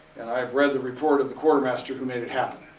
and, i have read the report of the quartermaster who made it happen.